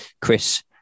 Chris